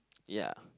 ya